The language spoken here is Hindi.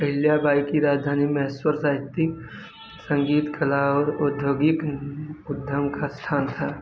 अहिल्या बाई की राजधानी महेश्वर साहित्यिक संगीत कला और औद्योगिक उद्यम का स्थान था